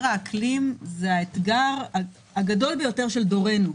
האקלים זה האתגר החשוב ביותר של דורנו.